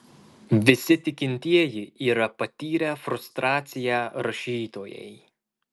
visi tikintieji yra patyrę frustraciją rašytojai